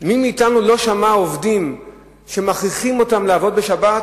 מי מאתנו לא שמע על עובדים שמכריחים אותם לעבוד בשבת,